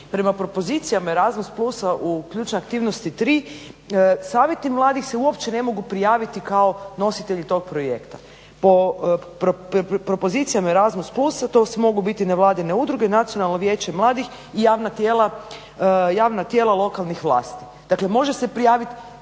Prema propozicijama i Erazmus plusa u ključne aktivnosti 3 savjeti mladih se uopće ne mogu prijaviti kao nositelji tog projekta. Po propozicijama Erazmus plusa to sve mogu biti nevladine udruge, nacionalno vijeće mladih i javna tijela lokalnih vlasti. dakle može se prijaviti